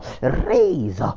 Raise